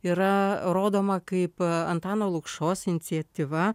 yra rodoma kaip antano lukšos iniciatyva